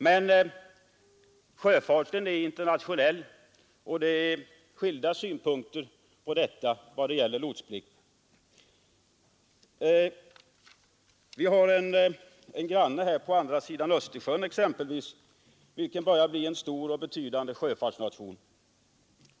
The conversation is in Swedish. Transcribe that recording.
Men sjöfarten är internationell, och det är skilda synpunkter på frågan om lotstjänsten. Vi har exempelvis en granne på andra sidan Östersjön vilken börjar bli en betydande sjöfartsnation.